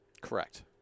Correct